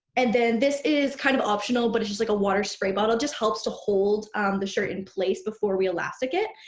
and then, this is kind of optional but it's just like a water spray bottle. just helps to hold the shirt in place before we elastic it.